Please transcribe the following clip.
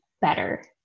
better